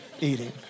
eating